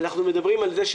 אנחנו מדברים על זה,